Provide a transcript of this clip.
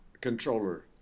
controller